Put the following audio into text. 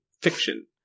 fiction